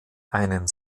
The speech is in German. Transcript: einen